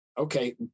okay